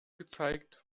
gezeigt